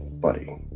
buddy